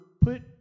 put